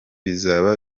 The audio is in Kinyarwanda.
bizaba